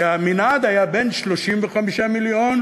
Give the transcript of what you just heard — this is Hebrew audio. כי המנעד היה בין 35 מיליון,